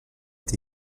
est